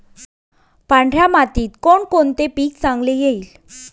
पांढऱ्या मातीत कोणकोणते पीक चांगले येईल?